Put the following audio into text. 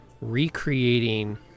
recreating